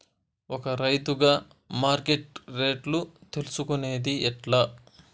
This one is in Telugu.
ఒక రైతుగా మార్కెట్ రేట్లు తెలుసుకొనేది ఎట్లా?